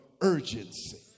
urgency